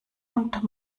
und